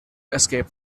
escape